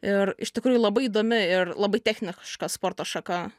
ir iš tikrųjų labai įdomi ir labai techniška sporto šaka